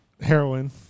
heroin